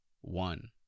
one